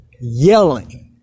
yelling